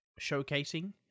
showcasing